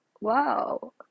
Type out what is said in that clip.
wow